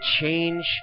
change